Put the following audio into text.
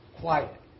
quiet